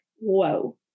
Whoa